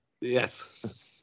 Yes